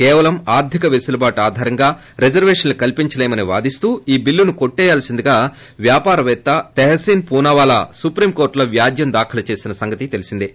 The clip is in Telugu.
కేవలం ఆర్గిక పెనకబాటు ఆధారంగా రిజర్వేషన్లు కల్సించలేమని వాదిస్తూ ఈ బిల్లును కొట్లిపేయాల్సిందిగా వ్యాపారవేత్త తెహసీన్ పూనావాలా సుప్రీం కోర్లపలో వ్యాజ్యం దాఖలు చేసిన సంగతి తెలిసిందే